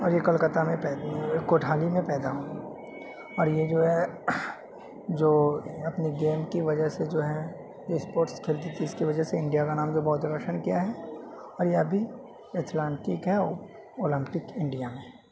اور یہ کلکتہ میں پید کوٹھالی میں پیدا ہوئیں اور یہ جو ہے جو اپنی گیم کی وجہ سے جو ہے اسپوٹس کھیلتی تھی اس کی وجہ سے انڈیا کا نام تو بہت روشن کیا ہے اور یہ ابھی ایتھلانٹک ہے اولمپک انڈیا میں